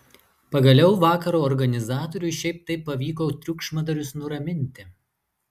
pagaliau vakaro organizatoriui šiaip taip pavyko triukšmadarius nuraminti